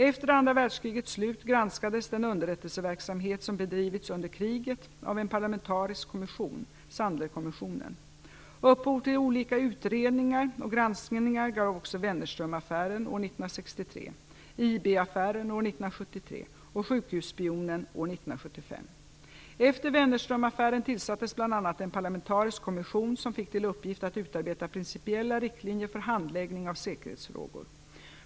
Efter andra världskrigets slut granskades den underrättelseverksamhet som bedrivits under kriget av en parlamentarisk kommission, Sandlerkommissionen. Upphov till olika utredningar och granskningar gav också Wennerströmaffären år 1963, Efter Wennerströmaffären tillsattes bl.a. en parlamentarisk kommission som fick till uppgift att utarbeta principiella riktlinjer för handläggning av säkerhetsfrågor.